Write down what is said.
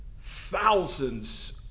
thousands